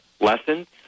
lessons